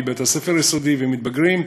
גיל בית-הספר היסודי ומתבגרים.